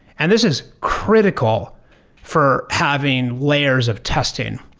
and this is critical for having layers of testing.